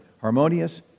harmonious